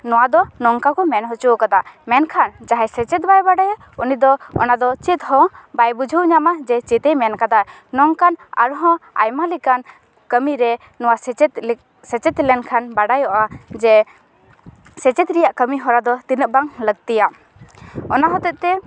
ᱱᱚᱶᱟ ᱫᱚ ᱱᱚᱝᱠᱟ ᱠᱚ ᱢᱮᱱ ᱦᱚᱪᱚᱣ ᱠᱟᱫᱟ ᱢᱮᱱᱠᱷᱟᱱ ᱡᱟᱦᱟᱸᱭ ᱥᱮᱪᱮᱫ ᱵᱟᱭ ᱵᱟᱰᱟᱭᱟ ᱩᱱᱤ ᱫᱚ ᱚᱱᱟ ᱫᱚ ᱪᱮᱫ ᱦᱚᱸ ᱵᱟᱭ ᱵᱩᱡᱷᱟᱹᱣ ᱧᱟᱢᱟ ᱡᱮ ᱪᱮᱫ ᱮ ᱢᱮᱱ ᱠᱟᱫᱟ ᱱᱚᱝᱠᱟᱱ ᱟᱨᱦᱚᱸ ᱟᱭᱢᱟ ᱞᱮᱠᱟᱱ ᱠᱟᱹᱢᱤᱨᱮ ᱱᱚᱶᱟ ᱥᱮᱪᱮᱫ ᱞᱟᱹᱜᱤᱫ ᱥᱮᱪᱮᱫ ᱞᱮᱱᱠᱷᱟᱱ ᱵᱟᱰᱟᱭᱚᱜᱼᱟ ᱡᱮ ᱥᱮᱪᱮᱫ ᱨᱮᱭᱟᱜ ᱠᱟᱹᱢᱤ ᱦᱚᱨᱟ ᱫᱚ ᱛᱤᱱᱟᱹᱜ ᱵᱟᱝ ᱞᱟᱹᱠᱛᱤᱭᱟ ᱚᱱᱟ ᱦᱚᱛᱮᱡ ᱛᱮ